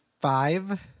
five